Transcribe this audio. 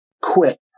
quit